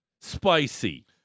spicy